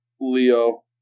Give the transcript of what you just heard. Leo